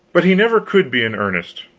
but he never could be in earnest.